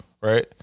right